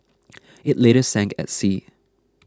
it later sank at sea